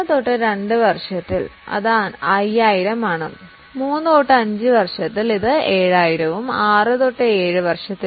1 2 വർഷം അത് 5000 ആണ് 3 5 ഇത് 7000 ഉം 6 7 3000ഉം ആണ്